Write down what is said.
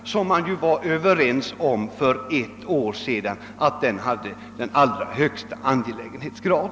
Man var ju för ett år sedan överens om alt den hade den allra högsta angelägenhetsgrad.